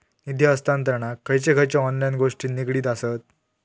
निधी हस्तांतरणाक खयचे खयचे ऑनलाइन गोष्टी निगडीत आसत?